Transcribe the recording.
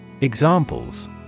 Examples